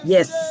Yes